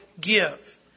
give